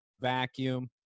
vacuum